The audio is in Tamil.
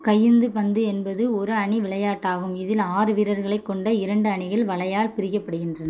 கையுந்துபந்து என்பது ஒரு அணி விளையாட்டாகும் இதில் ஆறு வீரர்களைக் கொண்ட இரண்டு அணிகள் வலையால் பிரிக்கப்படுகின்றன